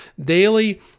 daily